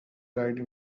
ride